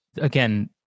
Again